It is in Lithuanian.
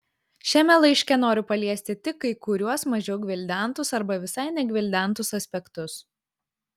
šiame laiške noriu paliesti tik kai kuriuos mažiau gvildentus arba visai negvildentus aspektus